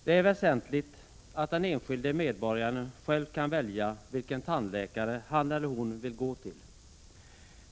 Herr talman! Det är väsentligt att den enskilda medborgaren själv kan välja vilken tandläkare han eller hon vill gå till.